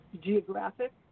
geographic